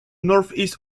northeast